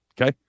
Okay